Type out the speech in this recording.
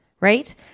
Right